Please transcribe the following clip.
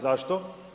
Zašto?